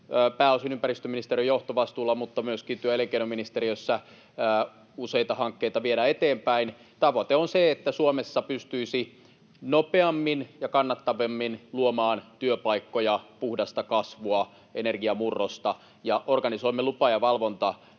pääosin ympäristöministeriön johtovastuulla, mutta myöskin työ- ja elinkeinoministeriössä useita hankkeita viedään eteenpäin. Tavoite on se, että Suomessa pystyisi nopeammin ja kannattavammin luomaan työpaikkoja, puhdasta kasvua, energiamurrosta, ja organisoimme lupa- ja valvontaviranomaiset